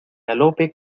galope